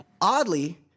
Oddly